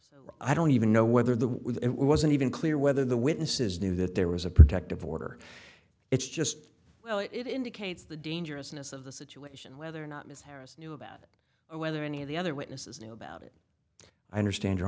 proof i don't even know whether the it wasn't even clear whether the witnesses knew that there was a protective order it's just well it indicates the dangerousness of the situation whether or not ms harris knew about it or whether any of the other witnesses knew about it i understand